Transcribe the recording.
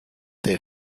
they